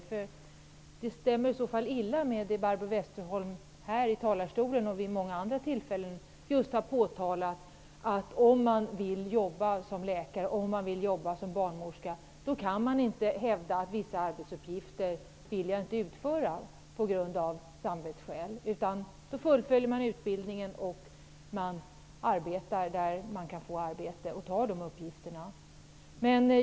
I så fall stämmer det illa med det som Barbro Westerholm just sade här i talarstolen, och som hon vid många andra tillfällen har sagt. Hon sade nämligen att man, om man vill jobba som läkare eller barnmorska, inte kan hävda att man inte vill utföra vissa arbetsuppgifter på grund av samvetsskäl. Man skall fullfölja utbildningen, arbeta där man kan få arbete och utföra sina arbetsuppgifter.